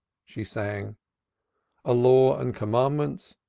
she sang a law and commandments,